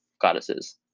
goddesses